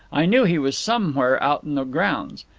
i knew he was somewhere out in the grounds.